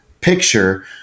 picture